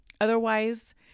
Otherwise